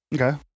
Okay